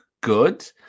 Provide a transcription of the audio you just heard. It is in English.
good